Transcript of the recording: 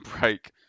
break